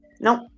Nope